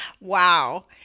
Wow